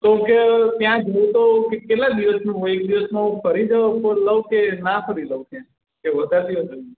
તો કે ત્યાં જાઉં તો કેટલા દિવસનું હોય એક દિવસમાં હું ફરી લઉં કે ના ફરી લઉં ત્યાં કે વધારે દિવસ જોઈએ